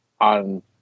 on